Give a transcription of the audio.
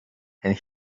and